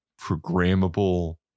Programmable